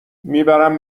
میبرم